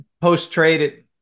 post-trade